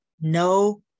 No